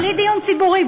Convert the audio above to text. בלי דיון ציבורי,